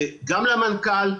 גם למנכ"ל,